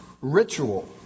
ritual